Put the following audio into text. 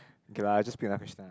okay lah I just